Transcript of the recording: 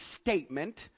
statement